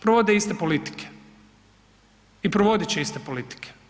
Provode iste politike i provodit će iste politike.